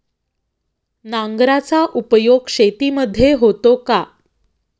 नांगराचा उपयोग शेतीमध्ये होतो का?